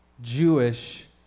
Jewish